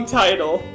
title